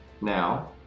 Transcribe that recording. now